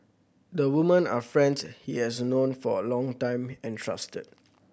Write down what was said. the women are friends he has known for a long time and trusted